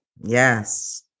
Yes